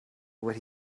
would